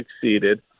succeeded